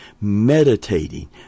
meditating